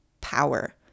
power